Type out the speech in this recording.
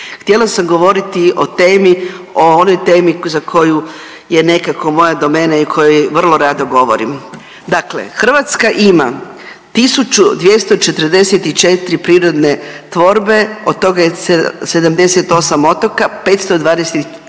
Htjela sam govoriti o temi o onoj temi za koju je nekako moja domena i o kojoj vrlo rado govorim. Dakle, Hrvatska ima 1244 prirodne tvorbe, od toga je 78 otoka, 524